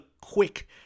quick